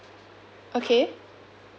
okay